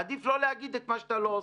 עדיף לא להגיד את מה שאתה לא רוצה.